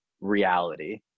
reality